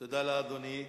תודה לאדוני.